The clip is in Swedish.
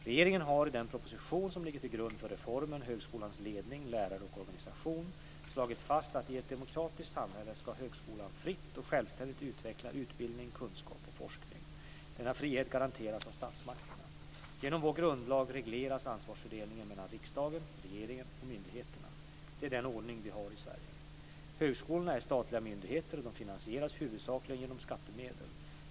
Regeringen har i den proposition som ligger till grund för reformen, Högskolans ledning, lärare och organisation, 1996/97:141, slagit fast att i ett demokratiskt samhälle ska högskolan fritt och självständigt utveckla utbildning, kunskap och forskning. Denna frihet garanteras av statsmakterna. Genom vår grundlag regleras ansvarsfördelningen mellan riksdagen, regeringen och myndigheterna. Det är den ordning vi har i Sverige. Högskolorna är statliga myndigheter och de finansieras huvudsakligen genom skattemedel.